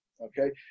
okay